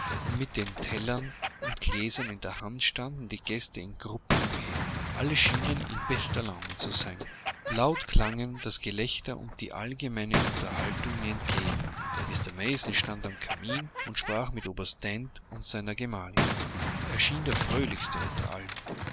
und mit den tellern und gläsern in der hand standen die gäste in gruppen umher alle schienen in bester laune zu sein laut klangen das gelächter und die allgemeine unterhaltung mir entgegen mr mason stand am kamin und sprach mit oberst dent und seiner gemahlin er schien der fröhlichste unter allen